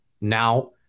now